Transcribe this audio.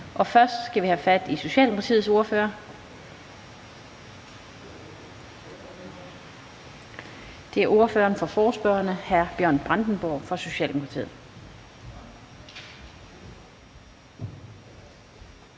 Først skal vi have en begrundelse, og det er ordføreren for forespørgerne, hr. Bjørn Brandenborg fra Socialdemokratiet.